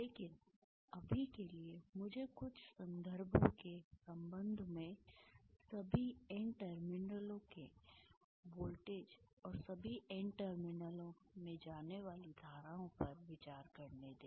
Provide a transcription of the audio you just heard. लेकिन अभी के लिए मुझे कुछ संदर्भों के संबंध में सभी एन टर्मिनलों के वोल्टेज और सभी एन टर्मिनलों में जाने वाली धाराओं पर विचार करने दें